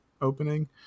opening